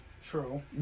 True